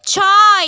ছয়